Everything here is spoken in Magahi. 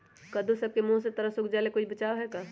कददु सब के मुँह के तरह से सुख जाले कोई बचाव है का?